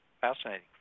Fascinating